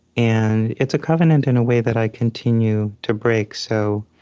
and it's a covenant in a way that i continue to break so